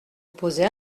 opposée